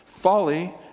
Folly